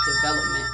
development